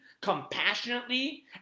compassionately